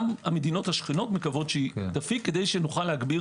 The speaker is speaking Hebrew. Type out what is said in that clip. גם המדינות השכנות מקוות שתפיק כדי שתוכל להגביר